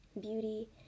beauty